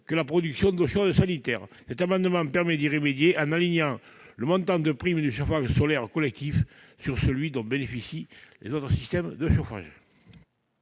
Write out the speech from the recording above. que la production d'eau chaude sanitaire. Cet amendement tend à y remédier, en alignant le montant de prime pour le chauffage solaire collectif sur celui dont bénéficient les autres systèmes de chauffage.